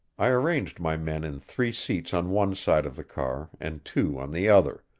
i arranged my men in three seats on one side of the car and two on the other,